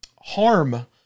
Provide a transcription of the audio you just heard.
harm